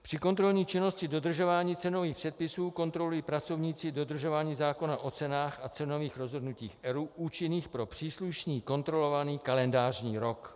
Při kontrolní činnosti dodržování cenových předpisů kontrolují pracovníci dodržování zákona o cenách a cenových rozhodnutích ERÚ účinných pro příslušný kontrolovaný kalendářní rok.